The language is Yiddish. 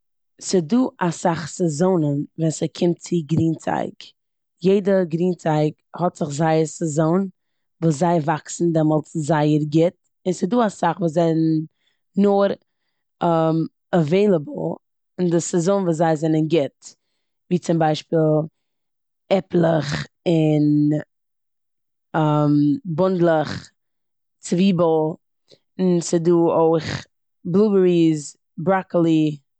ס'דא אסאך סעזאנען ווען ס'קומט צו גרינצייג. יעדע גרינצייג האט זיך זייער סעזאן וואס זיי וואקסן דעמאלטס זייער גוט און ס'דא אסאך וואס זענען נאר אוועיליבעל אין די סעזאן וואס זיי זענען גוט. ווי צום ביישפיל עפלעך און בונדלעך, צוויבל, און ס'דא אויך בלובערי און בראקאלי.